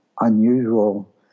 unusual